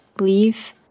leave